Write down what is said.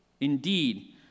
indeed